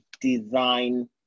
design